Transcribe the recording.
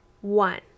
One